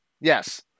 Yes